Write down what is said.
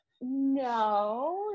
No